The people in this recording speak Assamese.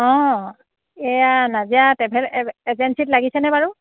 অঁ এয়া নাজিৰা ট্ৰেভেল এজ এজেঞ্চিত লাগিছেনে বাৰু